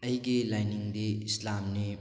ꯑꯩꯒꯤ ꯂꯥꯏꯅꯤꯡꯗꯤ ꯏꯁꯂꯥꯝꯅꯤ